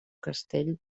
castell